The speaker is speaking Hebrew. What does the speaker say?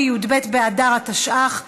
התשע"ח 2018,